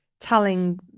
telling